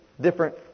different